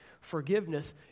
Forgiveness